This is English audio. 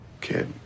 Kid